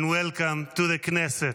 And welcome to the Knesset.